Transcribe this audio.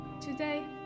Today